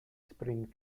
spring